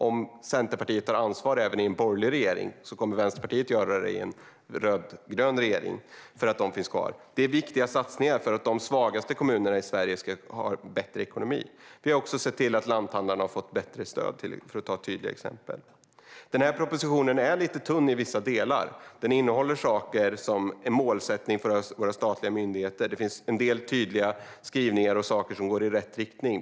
Om Centerpartiet tar ansvar även i en borgerlig regering kommer Vänsterpartiet att göra det i en rödgrön regering för att de miljarderna finns kvar. De är viktiga satsningar för att de svagaste kommunerna i Sverige ska få bättre ekonomi. Vi har också sett till att lanthandlarna har fått bättre stöd. Propositionen är lite tunn i vissa delar. Den innehåller saker som är mål för våra statliga myndigheter. Det finns en del tydliga skrivningar som går i rätt riktning.